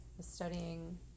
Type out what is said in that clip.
studying